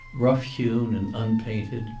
rough hewn and unpainted.